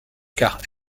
quarts